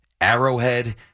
Arrowhead